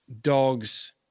dogs